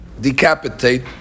decapitate